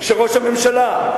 שראש הממשלה,